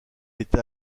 été